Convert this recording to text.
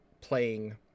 playing